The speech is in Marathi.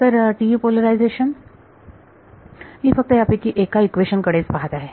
तर TE पोलरायझेशन मी फक्त यापैकी एका इक्वेशन कडेच पाहत आहे